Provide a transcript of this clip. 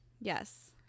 Yes